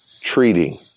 treating